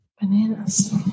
Bananas